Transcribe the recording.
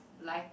life